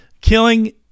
killing